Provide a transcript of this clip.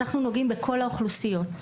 אנחנו נוגעים בכל האוכלוסיות.